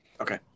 Okay